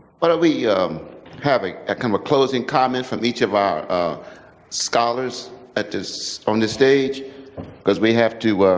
but we have a ah kind of closing comment from each of our scholars at this, on the stage because we have to